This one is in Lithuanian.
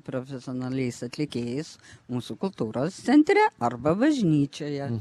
profesionaliais atlikėjais mūsų kultūros centre arba bažnyčioje